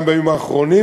גם בימים האחרונים,